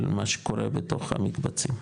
על מה שקורה בתוך המקבצים.